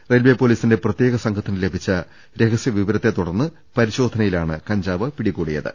railway പൊലീസിന്റെ പ്രത്യേക സംഘത്തിന് ലഭിച്ച രഹസ്യവിവരത്തെ തുട്ടർന്ന് പരിശോധനയിലാണ് കഞ്ചാവ് പിടികൂടിയത്